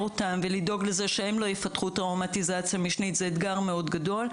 אותם ולדאוג לזה שהם לא יפתחו טראומטיזציה משנית זה אתגר מאוד גדול.